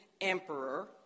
emperor